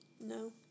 No